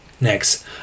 Next